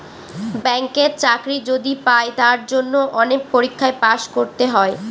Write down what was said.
ব্যাঙ্কের চাকরি যদি পাই তার জন্য অনেক পরীক্ষায় পাস করতে হয়